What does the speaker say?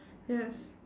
yes